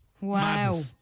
Wow